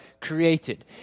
created